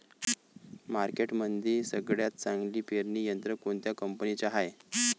मार्केटमंदी सगळ्यात चांगलं पेरणी यंत्र कोनत्या कंपनीचं हाये?